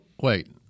Wait